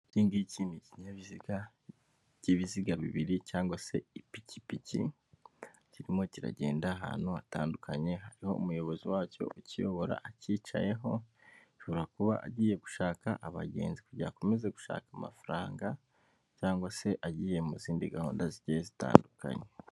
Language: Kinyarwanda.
Iki ngiki ni ikinyabiziga cy'ibiziga bibiri cyangwa se ipikipiki, kirimo kiragenda ahantu hatandukanye hariho umuyobozi wacyo ukiyobora akicayeho, ashobora kuba agiye gushaka abagenzi kugira ngo akomeza gushaka amafaranga cyangwa se agiye mu zindi gahunda zigiye zitandukanye.